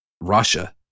Russia